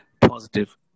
positive